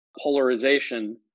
polarization